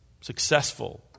successful